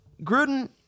Gruden